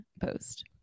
post